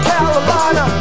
Carolina